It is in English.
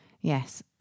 Yes